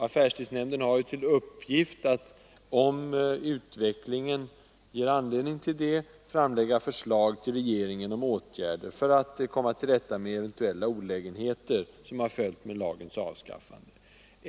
Affärstidsnämnden har ju till uppgift att, om utvecklingen ger anledning till det, framlägga förslag till regeringen om åtgärder för att komma till rätta med eventuella olägenheter, som har följt med lagens avskaffande.